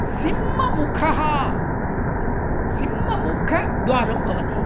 सिंहमुखः सिंहमुखद्वारं भवति